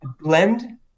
Blend